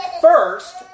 First